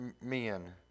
men